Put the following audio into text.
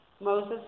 Moses